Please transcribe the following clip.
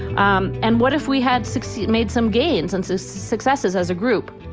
um and what if we had succeed, made some gains and so some successes? as a group,